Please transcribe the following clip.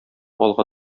алга